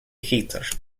gieter